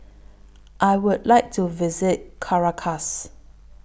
I Would like to visit Caracas